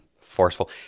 forceful